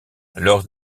lors